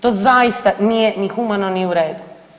To zaista nije ni humano ni u redu.